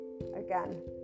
again